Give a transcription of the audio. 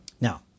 Now